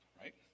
right